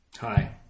Hi